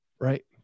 Right